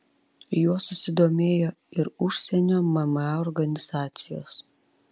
juo susidomėjo ir užsienio mma organizacijos